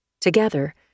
Together